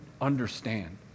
understand